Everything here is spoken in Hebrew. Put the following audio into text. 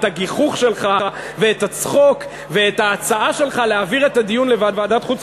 את הגיחוך שלך ואת הצחוק ואת ההצעה שלך להעביר את הדיון לוועדת החוץ